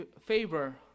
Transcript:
favor